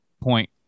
point